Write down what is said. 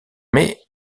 mais